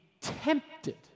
tempted